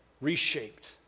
reshaped